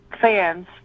fans